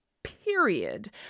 period